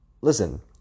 listen